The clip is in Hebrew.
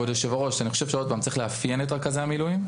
אני חושב שעוד פעם, צריך לאפיין את רכזי המילואים.